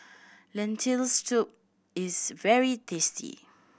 Lentil Soup is very tasty